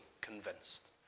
convinced